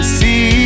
see